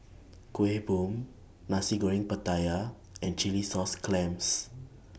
Kueh Bom Nasi Goreng Pattaya and Chilli Sauce Clams